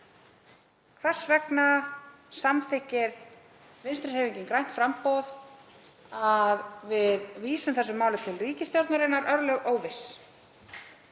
Hvers vegna samþykkir Vinstrihreyfingin – grænt framboð að við vísum þessu máli til ríkisstjórnarinnar með óviss